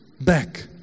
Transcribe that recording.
back